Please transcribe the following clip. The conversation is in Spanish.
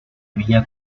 villa